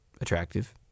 attractive